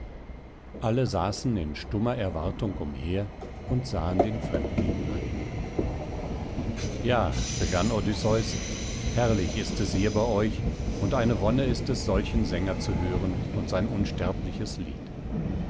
alle saßen in stummer erwartung umher und sahen den fremdling an ja begann odysseus herrlich ist es hier bei euch und eine wonne ist es solchen sänger zu hören und sein unsterbliches lied